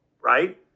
right